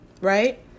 right